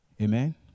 Amen